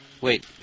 Wait